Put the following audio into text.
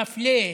המפלה,